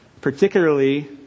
Particularly